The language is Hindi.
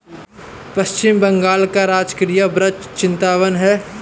पश्चिम बंगाल का राजकीय वृक्ष चितवन है